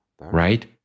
right